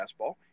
fastball